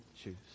choose